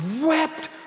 wept